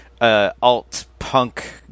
alt-punk